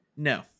No